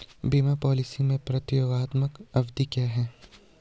बीमा पॉलिसी में प्रतियोगात्मक अवधि क्या है?